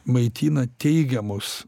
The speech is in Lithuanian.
maitina teigiamus